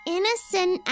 Innocent